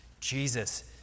Jesus